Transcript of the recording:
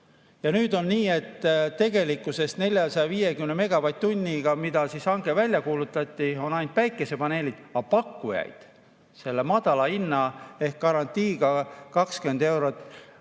Ja nüüd on nii, et tegelikkuses 450 megavatt-tunniga, milleks hange välja kuulutati, on ainult päikesepaneelid, aga pakkujaid selle madala hinnaga ehk garantiiga 20 eurot